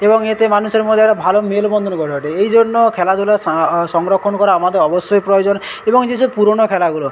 এবং এতে মানুষের মধ্যে একটা ভালো মেলবন্ধন গড়ে ওঠে এই জন্য খেলাধূলা সংরক্ষণ করা আমাদের অবশ্যই প্রয়োজন এবং যেসব পুরনো খেলাগুলো